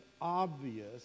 obvious